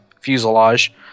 fuselage